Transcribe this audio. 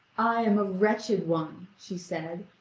i am a wretched one, she said,